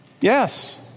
Yes